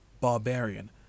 Barbarian